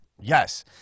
yes